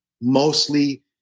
mostly